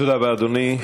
תודה רבה, אדוני.